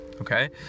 okay